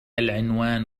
العنوان